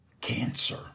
cancer